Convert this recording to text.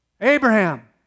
Abraham